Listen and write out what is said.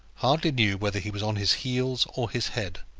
hardly knew whether he was on his heels or his head.